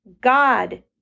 God